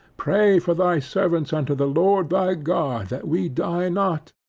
pray for thy servants unto the lord thy god that we die not,